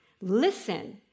Listen